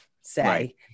say